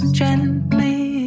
gently